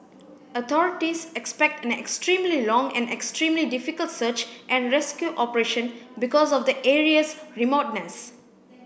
authorities expect an extremely long and extremely difficult search and rescue operation because of the area's remoteness